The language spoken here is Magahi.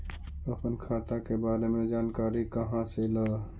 अपन खाता के बारे मे जानकारी कहा से ल?